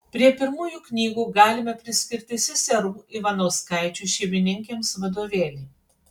prie pirmųjų knygų galime priskirti seserų ivanauskaičių šeimininkėms vadovėlį